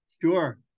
Sure